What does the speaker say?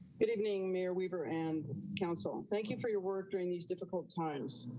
but evening, mayor weaver and council, thank you for your work during these difficult times.